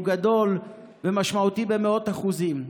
הוא גדול ומשמעותי במאות אחוזים.